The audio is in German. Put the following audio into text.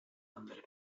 andere